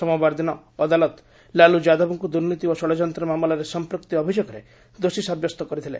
ସୋମବାର ଦିନ ଅଦାଲତ ଲାଲୁ ଯାଦବଙ୍କୁ ଦୁର୍ନୀତି ଓ ଷଡଯନ୍ତ୍ର ମାମଲାରେ ସମ୍ପୃକ୍ତି ଅଭିଯୋଗରେ ଦୋଷୀ ସାବ୍ୟସ୍ତ କରିଥିଲେ